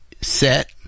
set